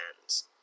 hands